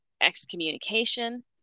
excommunication